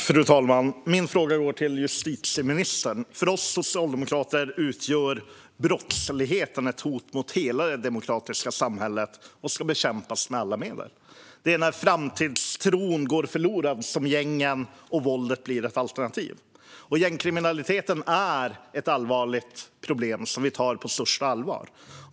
Fru talman! Min fråga är till justitieministern. För oss socialdemokrater utgör brottsligheten ett hot mot hela det demokratiska samhället, ett hot som ska bekämpas med alla medel. Det är när framtidstron går förlorad som gängen och våldet blir ett alternativ. Gängkriminaliteten är ett stort problem som vi tar på största allvar.